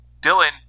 Dylan